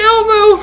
Elmo